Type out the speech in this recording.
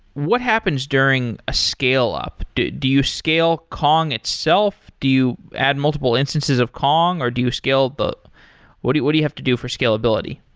what happens during a scale up? do do you scale up kong itself? do you add multiple instances of kong, or do you scale but what do what do you have to do for scalability?